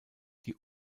die